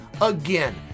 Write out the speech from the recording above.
Again